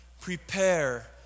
Prepare